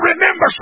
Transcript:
remember